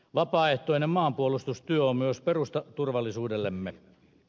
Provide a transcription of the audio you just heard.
vapaaehtoinen maanpuolustustyö on myös perusta turvallisuudellemme